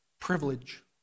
privilege